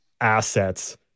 assets